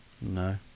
no